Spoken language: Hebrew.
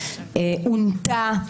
עונתה.